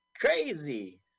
crazy